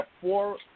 four